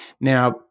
Now